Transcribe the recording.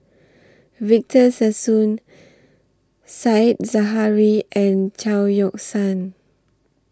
Victor Sassoon Said Zahari and Chao Yoke San